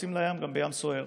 ויוצאים לים גם בים סוער.